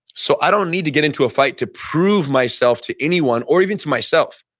so i don't need to get into a fight to prove myself to anyone or even to myself.